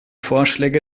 vorschläge